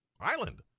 island